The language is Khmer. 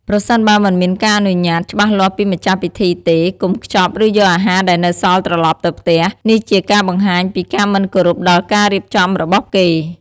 ប្រសិនបើមិនមានការអនុញ្ញាតច្បាស់លាស់ពីម្ចាស់ពិធីទេ កុំខ្ចប់ ឬយកអាហារដែលនៅសល់ត្រឡប់ទៅផ្ទះ នេះជាការបង្ហាញពីការមិនគោរពដល់ការរៀបចំរបស់គេ។